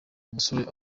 umusore